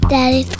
Daddy